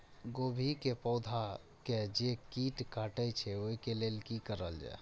गोभी के पौधा के जे कीट कटे छे वे के लेल की करल जाय?